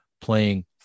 playing